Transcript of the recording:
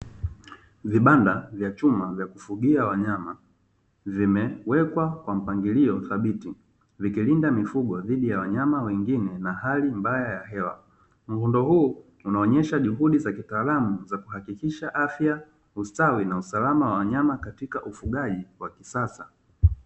Vibanda vya chuma vya kufugia wanyama vimewekwa kwa mpangilio thabiti vikilinda mifugo dhidi ya wanyama wengine na hari mbaya ya hewa, muundo huu unaonesha juhudi za kitaalamu za kuhakikisha afya, ustawi na usalama wa wanyama katika ufugaji wa kisasa.